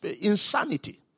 insanity